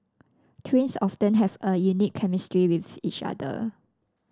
twins often have a unique chemistry with each other